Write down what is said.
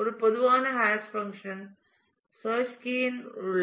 ஒரு பொதுவான hash function search key யின் உள்